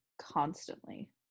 constantly